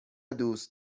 دوست